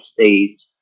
states